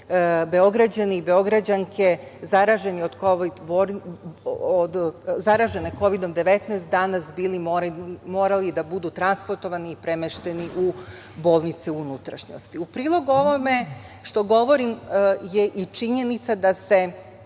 Beograđani i Beograđanke zaraženi Kovidom – 19 danas morali da budu transportovani i premešteni u bolnice u unutrašnjosti.U prilog ovome što govorim je i činjenica da se